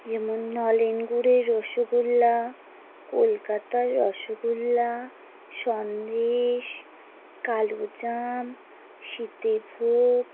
যেমন নলেন গুড়ের রসগোল্লা কলকাতার রসগোল্লা সন্দেশ কালোজাম সীতাভোগ